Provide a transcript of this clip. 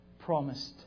promised